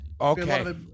Okay